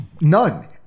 none